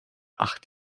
acht